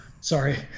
sorry